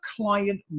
client